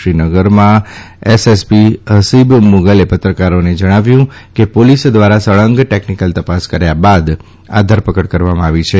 શ્રીનગરમાં એસએસપી હસીબ મુગલે પત્રકારોને જણાવ્યું કે પોલીસ ધ્વારા સળંગ ટેકનીકલ તપાસ કર્યા બાદ આ ધરપકડ કરવામાં આવી છે